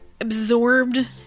absorbed